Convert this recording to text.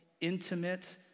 intimate